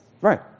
right